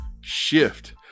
shift